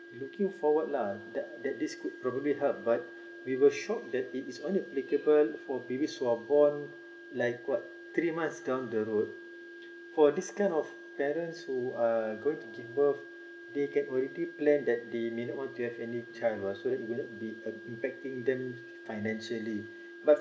looking forward lah that that is good probably help but we were shocked that it is only applicable for babies who are born like what three months down the road for this kind of parents who are going to give birth they can already plan that they may want to have any child lah so it wouldn't be uh affecting them financially but